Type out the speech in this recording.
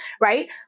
Right